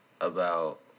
about-